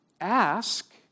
ask